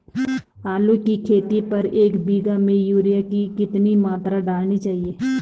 आलू की खेती पर एक बीघा में यूरिया की कितनी मात्रा डालनी चाहिए?